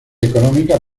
económica